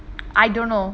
I don't know